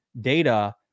data